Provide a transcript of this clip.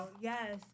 Yes